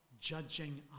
judging